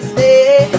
stay